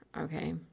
okay